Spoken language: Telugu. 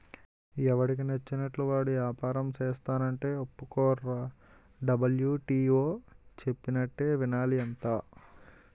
ఎవడికి నచ్చినట్లు వాడు ఏపారం సేస్తానంటే ఒప్పుకోర్రా డబ్ల్యు.టి.ఓ చెప్పినట్టే వినాలి అంతా